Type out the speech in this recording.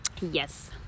Yes